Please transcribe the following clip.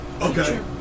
okay